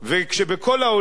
כשבכל העולם